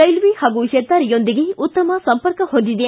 railway ಹಾಗು ಹೆದ್ದಾರಿಯೊಂದಿಗೆ ಉತ್ತಮ ಸಂಪರ್ಕ ಹೊಂದಿದೆ